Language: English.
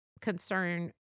concern